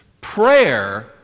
Prayer